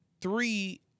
three